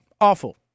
Awful